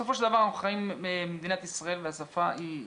בסופו של דבר אנחנו חיים במדינת ישראל והשפה היא עברית,